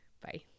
Bye